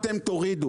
אתם תורידו